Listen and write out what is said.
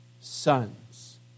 sons